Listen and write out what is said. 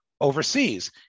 overseas